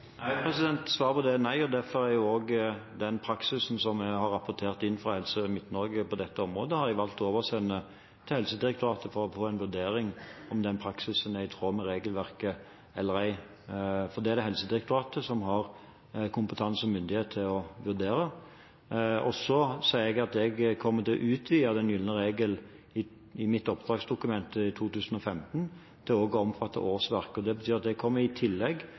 Nei, svaret på det er nei. Derfor har jeg valgt å oversende den praksisen som er rapportert inn fra Helse Midt-Norge på dette området, til Helsedirektoratet for å få en vurdering av om den praksisen er i tråd med regelverket eller ei. Det er Helsedirektoratet som har kompetanse og myndighet til å vurdere det. Så sier jeg at jeg kommer til å utvide den gylne regel i mitt oppdragsdokument i 2015 til også å omfatte årsverk. Det betyr at det kommer i tillegg